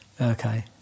Okay